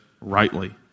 rightly